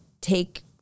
take